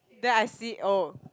then I see oh